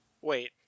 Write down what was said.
Wait